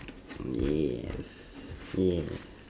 mm yes yeah